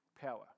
power